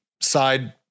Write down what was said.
side